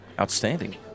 outstanding